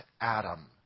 Adam